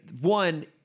one